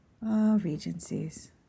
Regencies